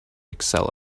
excel